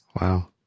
wow